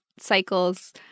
cycles